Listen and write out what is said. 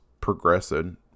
progressive